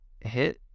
hit